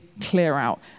clear-out